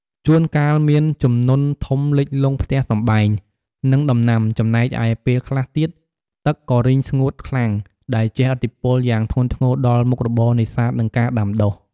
ជួនកាលមានជំនន់ធំលិចលង់ផ្ទះសម្បែង និងដំណាំ ចំណែកឯពេលខ្លះទៀតទឹកក៏រីងស្ងួតខ្លាំង ដែលជះឥទ្ធិពលយ៉ាងធ្ងន់ធ្ងរដល់មុខរបរនេសាទ និងការដាំដុះ។